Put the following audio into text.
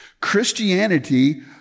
Christianity